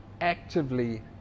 actively